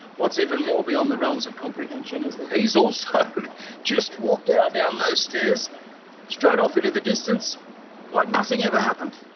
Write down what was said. what's even more beyond the realms of comprehension is that he's also just walked out down those stairs straight off into the distance like nothing ever happened.